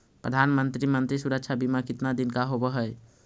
प्रधानमंत्री मंत्री सुरक्षा बिमा कितना दिन का होबय है?